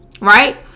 right